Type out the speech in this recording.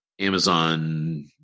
Amazon